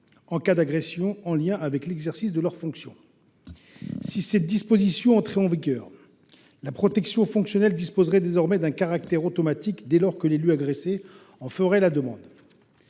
en cas d’agression en lien avec l’exercice de leur fonction. Si cette disposition entrait en vigueur, la protection fonctionnelle disposerait désormais d’un caractère automatique dès lors que l’élu agressé en ferait la demande.